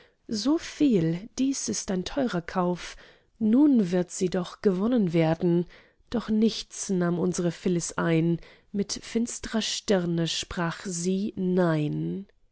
dies ist ein teurer kauf nun wird sie doch gewonnen werden doch nichts nahm unsre phyllis ein mit finstrer stirne sprach sie nein